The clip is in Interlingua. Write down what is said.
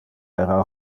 era